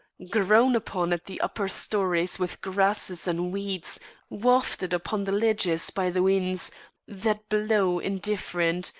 grown upon at the upper storeys with grasses and weeds wafted upon the ledges by the winds that blow indifferent,